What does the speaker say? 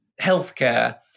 Healthcare